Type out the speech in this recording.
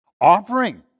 Offering